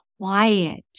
quiet